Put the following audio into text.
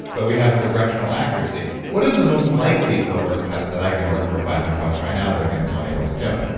but we have directional accuracy what are the most likely blood work tests that i can order for five hundred dollars right now that are going to tell me what to do?